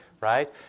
right